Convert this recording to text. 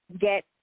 get